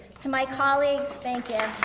to my colleagues, thank you.